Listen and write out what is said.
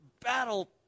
battle